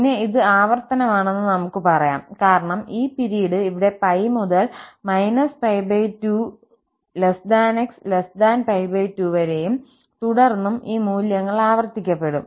പിന്നെ ഇത് ആവർത്തനമാണെന്ന് നമുക്ക് പറയാം കാരണം ഈ പിരീഡ് ഇവിടെ π മുതൽ 2x 2വരെയും തുടർന്നും ഈ മൂല്യങ്ങൾ ആവർത്തിക്കപ്പെടും